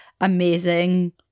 amazing